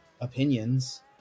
opinions